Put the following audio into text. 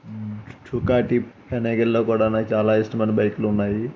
స్టుకాటిప్ హెనగెల్లా కూడా నాకు చాలా ఇష్టమైన బైక్లున్నాయి